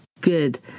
good